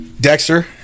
Dexter